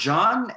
John